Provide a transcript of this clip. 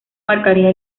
marcaría